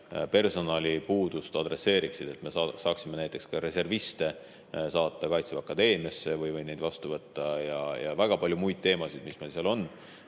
personalipuudust adresseeriksid, et me saaksime näiteks reserviste saata Kaitseväe Akadeemiasse või neid sinna vastu võtta. Väga palju muid teemasid on meil seal